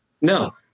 No